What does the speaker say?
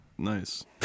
nice